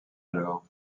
alors